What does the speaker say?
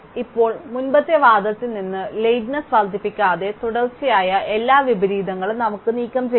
ഇപ്പോൾ മുമ്പത്തെ വാദത്തിൽ നിന്ന് ലേറ്റ്നെസ് വർദ്ധിപ്പിക്കാതെ തുടർച്ചയായ എല്ലാ വിപരീതങ്ങളും നമുക്ക് നീക്കംചെയ്യാം